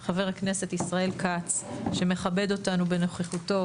חבר הכנסת ישראל כ"ץ שמכבד אותנו בנוכחותו